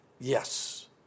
Yes